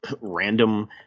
random